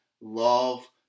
love